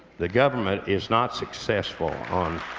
the government is not successful on